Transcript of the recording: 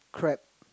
correct